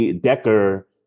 Decker